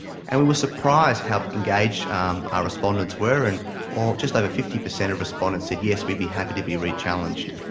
and we were surprised how engaged um our respondents were, and just over fifty percent of respondents said yes we'd be happy to be re-challenged.